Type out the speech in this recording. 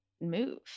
move